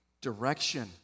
direction